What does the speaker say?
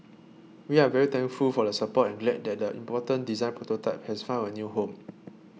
we are very thankful for the support and glad that the important design prototype has found a new home